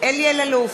אלי אלאלוף,